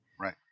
Right